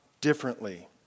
differently